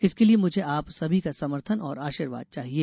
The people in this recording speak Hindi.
इसके लिए मुझे आप सभी का समर्थन और आशीर्वाद चाहिए